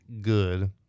good